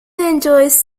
enjoys